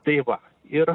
tai va ir